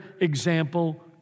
example